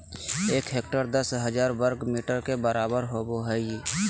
एक हेक्टेयर दस हजार वर्ग मीटर के बराबर होबो हइ